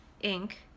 ink